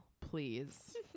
please